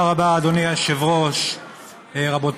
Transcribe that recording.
בהתאם להסכמות שאושרו במזכירות